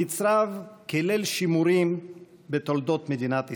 נצרב כליל שימורים בתולדות מדינת ישראל.